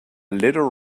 little